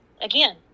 again